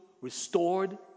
restored